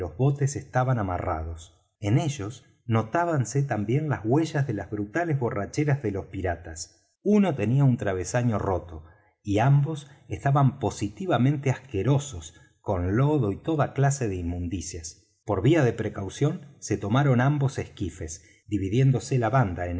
botes estaban amarrados en ellos notábanse también las huellas de las brutales borracheras de los piratas uno tenía un travesaño roto y ambos estaban positivamente asquerosos con lodo y toda clase de inmundicias por vía de precaución se tomaron ambos esquifes dividiéndose la banda